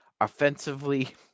Offensively